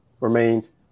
remains